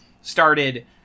started